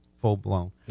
full-blown